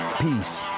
Peace